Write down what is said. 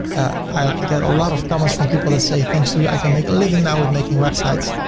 i get a lot of comments from people that say thanks to you, i can make a living now with making websites.